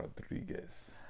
Rodriguez